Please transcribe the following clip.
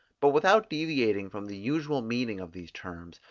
but without deviating from the usual meaning of these terms,